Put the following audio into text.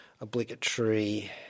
obligatory